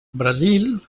brasil